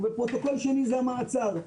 ופרוטוקול שני זה המעצר.